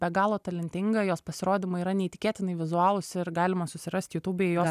be galo talentinga jos pasirodymai yra neįtikėtinai vizualūs ir galima susirasti jutubėj jos